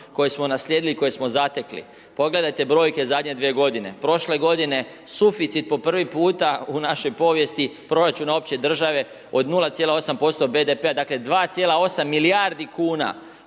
koje smo naslijedili, koje smo zatekli. I pogledajte brojke zadnje dvije godine? Prošle godine suficit po prvi puta u našoj povijesti proračuna opće države od 0,8% BDP-a dakle, 2,8 milijardi kuna,